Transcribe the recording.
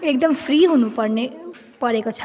एकदम फ्रि हुनुपर्ने परेको छ